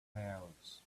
powers